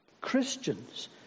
Christians